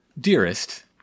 Dearest